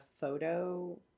photo